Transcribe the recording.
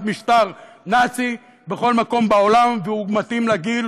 משטר נאצי בכל מקום בעולם והוא מתאים לגיל,